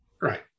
Right